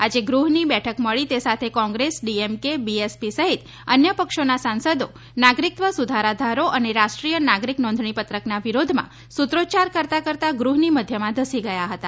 આજે ગુહની બેઠક મળી તે સાથે કોંગ્રેસ ડીએમકે બીએસપી સહિત અન્ય પક્ષોના સાંસદો નાગરિકત્વ સુધારા ધારો અને રાષ્ટ્રીય નાગરિક નોંધણી પત્રકના વિરોધમાં સુત્રોચ્યાર કરતાં કરતાં ગૃહની મધ્યમાં ધસી ગયા હતા